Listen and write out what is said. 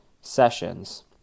sessions